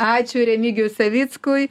ačiū remigijui savickui